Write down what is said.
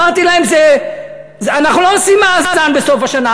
אמרתי להם: אנחנו לא עושים מאזן בסוף השנה.